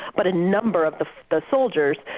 but a number of the the soldiers,